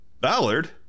Ballard